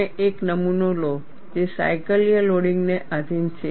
તમે એક નમૂનો લો જે સાયકલીય લોડિંગને આધિન છે